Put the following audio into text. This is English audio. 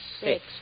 Six